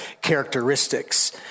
characteristics